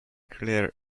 clear